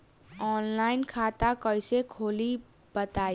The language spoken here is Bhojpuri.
आनलाइन खाता कइसे खोली बताई?